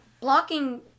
blocking